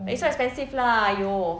but it's so expensive lah !aiyo!